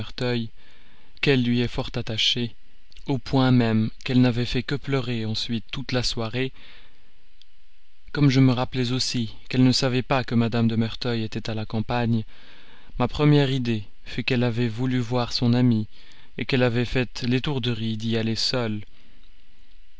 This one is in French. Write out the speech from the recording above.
qu'elle lui est fort attachée au point même qu'elle n'avait fait que pleurer ensuite toute la soirée comme je me rappelais aussi qu'elle ne savait pas que mme de merteuil était à la campagne ma première idée fut qu'elle avait voulu voir son amie qu'elle avait fait l'étourderie d'y aller seule